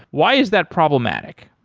why is that problematic?